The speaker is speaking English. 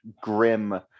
Grim